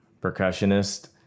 percussionist